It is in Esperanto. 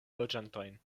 loĝantojn